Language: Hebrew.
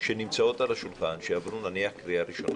שנמצאות על השולחן, שנניח עברו קריאה ראשונה,